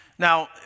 Now